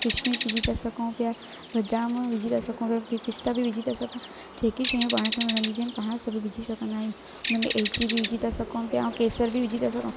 किशमिश विझी था सघूं पिया बादाम विझी था सघूं पिस्ता बि विझी था सघूं जेकी शयूं पाण खे वणंदी हुजनि पाणि सभु विझी सघंदा आहियूं हुन में इलायची बि विझी था सघूं पिया ऐं केसर बि विझी था सघूं